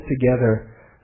together